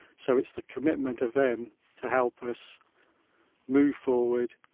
so, it's the commitment of them to help us move forward,